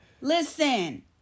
Listen